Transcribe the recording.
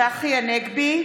צחי הנגבי,